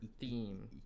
theme